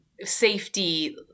safety